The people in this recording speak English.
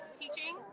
teaching